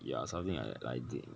ya something like that like that